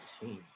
team